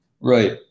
Right